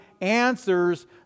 answers